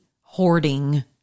hoarding